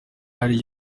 ari